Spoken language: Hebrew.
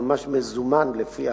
זה ממש מזומן, לפי ההלכה היהודית.